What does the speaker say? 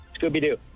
Scooby-Doo